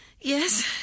Yes